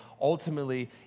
Ultimately